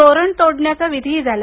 तोरण तोडण्याचा विधीही झाला